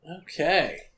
Okay